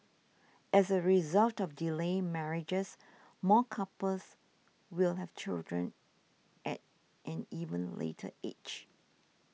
as a result of delayed marriages more couples will have children at an even later age